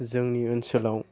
जोंनि ओनसोलाव